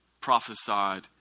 prophesied